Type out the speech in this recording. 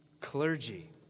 clergy